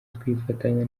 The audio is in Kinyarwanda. twifatanya